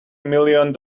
million